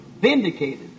vindicated